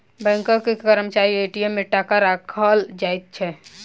बैंकक कर्मचारी ए.टी.एम मे टाका राइख जाइत छै